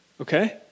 Okay